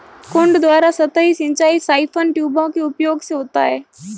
कुंड द्वारा सतही सिंचाई साइफन ट्यूबों के उपयोग से होता है